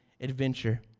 adventure